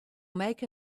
make